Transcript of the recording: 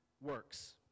works